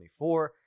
2024